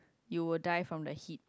you will die from the heat